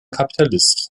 kapitalist